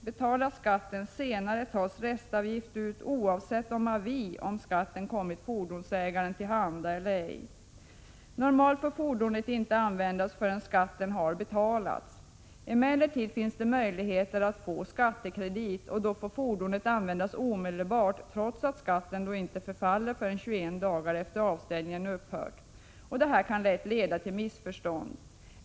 Betalas skatten senare tas restavgift ut, oavsett om avin om skatten kommit fordonsägaren till handa eller ej. Fordonet får normalt inte användas förrän skatten har betalats. Emellertid finns det möjlighet att få skattekredit, och då får fordonet användas omedelbart, trots att skatten inte förfaller till betalning förrän 21 dagar efter det att avställningen upphört. Detta kan lätt leda till missförstånd.